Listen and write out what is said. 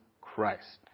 Christ